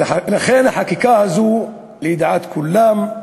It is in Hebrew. לכן, החקיקה הזו, לדעת כולם,